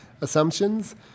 assumptions